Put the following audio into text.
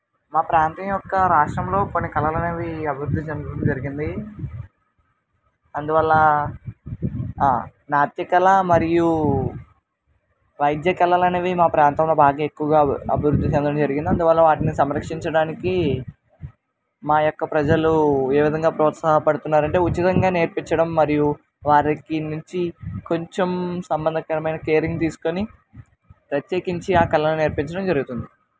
మా ప్రాంతం యొక్క రాష్ట్రంలో కొన్ని కళలు అనేవి అభివృద్ధి చెందడం జరిగింది అందువల్ల నాట్యకళ మరియు వైద్య కళలు అనేవి మా ప్రాంతంలో బాగా ఎక్కువగా అభివృద్ధి చెందడం జరిగింది అందువల్ల వాటిని సంరక్షించడానికి మా యొక్క ప్రజలు ఏ విధంగా ప్రోత్సాహ పడుతున్నారు అంటే ఉచితంగా నేర్పించడం మరియు వారి నుంచి కొంచెం సంబంధకరమైన కేరింగ్ తీసుకొని ప్రత్యేకించి ఆ కళలు నేర్పించడం జరుగుతుంది